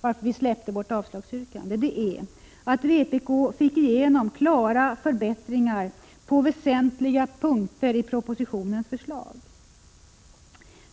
att vpk fick igenom klara förbättringar på väsentliga punkter i propositionens förslag.